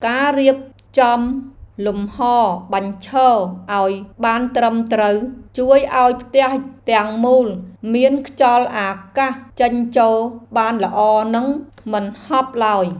ការរៀបចំលំហរបញ្ឈរឱ្យបានត្រឹមត្រូវជួយឱ្យផ្ទះទាំងមូលមានខ្យល់អាកាសចេញចូលបានល្អនិងមិនហប់ឡើយ។